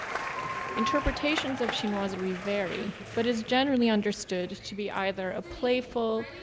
interpretations of chinoiserie vary but is generally understood to be either a playful,